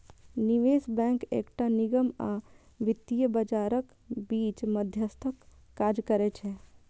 निवेश बैंक एकटा निगम आ वित्तीय बाजारक बीच मध्यस्थक काज करै छै